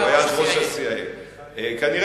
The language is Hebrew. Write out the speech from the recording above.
הוא היה ראש ה-CIA,